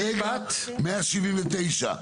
הסתייגות 179,